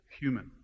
human